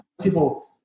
people